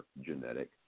genetic